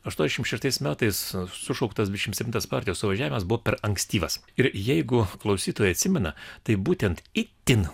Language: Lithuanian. aštuoniasdešimt šeštais metais sušauktas dvidešimt septintas partijos suvažiavimas buvo per ankstyvas ir jeigu klausytojai atsimena tai būtent itin